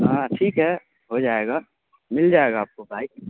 ہاں ٹھیک ہے ہو جائے گا مل جائے گا آپ کو بائک